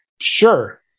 sure